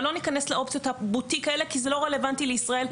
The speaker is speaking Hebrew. אבל לא ניכנס לאופציות הבוטיק האלה כי זה לא רלוונטי לישראל.